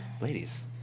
ladies